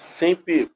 sempre